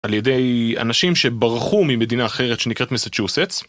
על ידי אנשים שברחו ממדינה אחרת שנקראת מסצ'וסטס